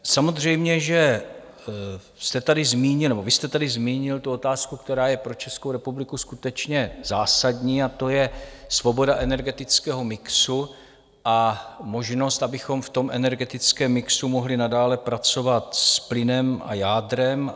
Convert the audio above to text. Samozřejmě že vy jste tady zmínil tu otázku, která je pro Českou republiku skutečně zásadní, a to je svoboda energetického mixu a možnost, abychom v tom energetickém mixu mohli nadále pracovat s plynem a jádrem.